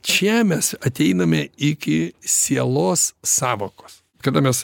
čia mes ateiname iki sielos sąvokos kada mes